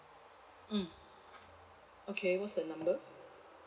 mm okay what's the number